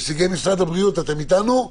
נציגי משרד הבריאות אתם איתנו?